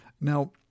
Now